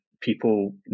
people